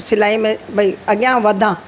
सिलाई में भई अॻियां वधां